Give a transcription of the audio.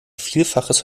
vielfaches